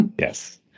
Yes